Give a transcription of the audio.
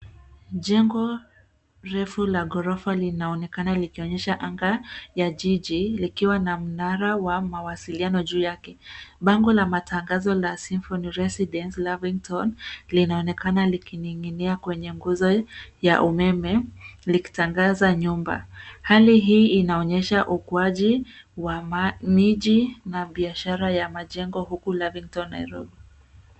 Jengo refu la ghorofa linaonekana likionyesha anga la jiji likiwa na mnara wa mawasiliano juu yake. Bango la matangazo la Symphony Residence Lavington linaonekana likining'inia kwenye nguzo ya umeme likitangaza nyumba. Hali hii inaonyesha ukuaji wa miji na biashara ya majengo huku Lavington, Nairobi.